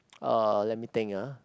uh let me think ah